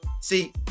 See